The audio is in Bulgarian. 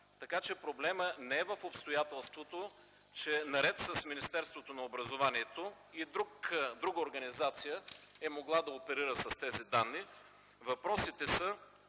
Така че, проблемът не е в обстоятелството, че наред с Министерството на образованието, младежта и науката и друга организация е могла да оперира с тези данни. Въпросите са: